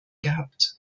gehabt